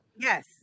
Yes